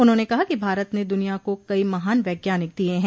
उन्होंने कहा कि भारत ने दुनिया को कई महान वैज्ञानिक दिये हैं